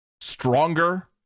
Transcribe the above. stronger